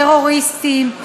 טרוריסטים,